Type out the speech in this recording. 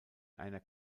einer